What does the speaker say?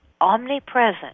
omnipresent